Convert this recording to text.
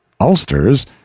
Ulsters